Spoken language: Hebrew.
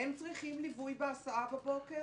צריכים ליווי בהסעה בבוקר?